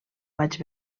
vaig